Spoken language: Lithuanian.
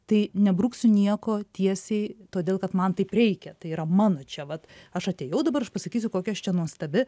tai nebruksiu nieko tiesiai todėl kad man taip reikia tai yra mano čia vat aš atėjau dabar aš pasakysiu kokia aš čia nuostabi